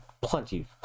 plenty